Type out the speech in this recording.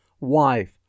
wife